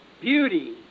beauty